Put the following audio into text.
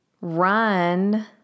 run